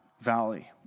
valley